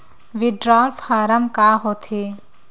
withdrawal form का होथेय